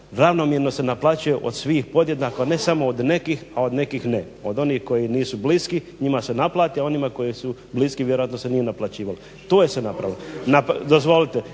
ravnomjerno se naplaćuje od svih podjednako a ne samo od nekih a od nekih ne. Od onih koji nisu bliski njima se naplati, a onima koji su bliski vjerojatno se nije naplaćivalo. Nadalje,